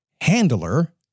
handler